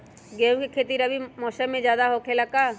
गेंहू के खेती रबी मौसम में ज्यादा होखेला का?